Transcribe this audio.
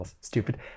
Stupid